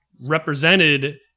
represented